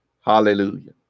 Hallelujah